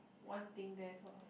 one thing there so I